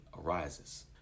arises